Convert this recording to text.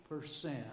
percent